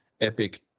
Epic